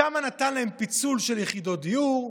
שם נתן להם פיצול של יחידות דיור,